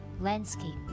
landscape